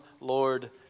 Lord